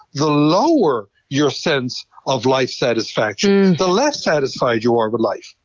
the lower your sense of life satisfaction, the less satisfied you are with life.